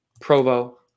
Provo